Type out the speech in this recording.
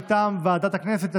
מטעם ועדת הכנסת.